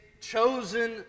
chosen